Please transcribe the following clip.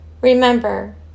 Remember